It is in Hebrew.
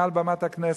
מעל במת הכנסת,